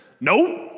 Nope